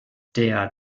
der